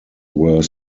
were